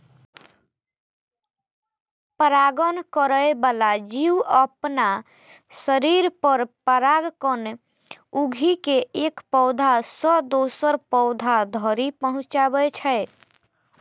परागण करै बला जीव अपना शरीर पर परागकण उघि के एक पौधा सं दोसर पौधा धरि पहुंचाबै छै